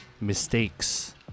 mistakes